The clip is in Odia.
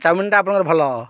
ଚାଉମିନ୍ଟା ଆପଣଙ୍କର ଭଲ